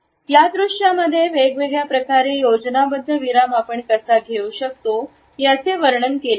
या दृश्यामध्ये वेगवेगळ्या प्रकारे योजनाबद्द विराम आपण कसा घेऊ शकतो याचे वर्णन केले आहे